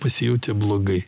pasijautė blogai